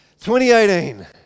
2018